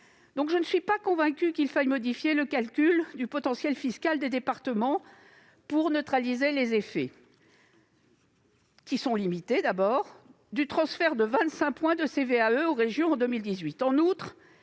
2018. Je ne suis donc pas convaincue qu'il faille modifier le calcul du potentiel fiscal des départements pour neutraliser les effets, au demeurant limités, du transfert de 25 points de CVAE aux régions en 2018.